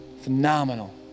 Phenomenal